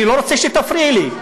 ואני לא רוצה שתפריעי לי.